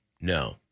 No